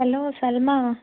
hello സല്മായ